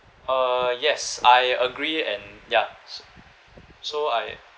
uh yes I agree and ya s~ so I